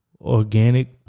Organic